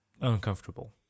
uncomfortable